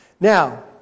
Now